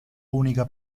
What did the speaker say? unica